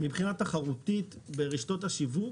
מבחינה תחרותית ברשתות השיווק,